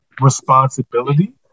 responsibility